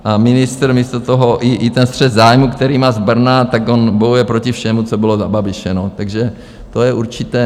A ministr místo toho i ten střet zájmů, který má z Brna, on bojuje proti všemu, co bylo za Babiše, takže to je určité...